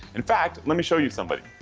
in fact, let me show you something.